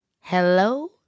hello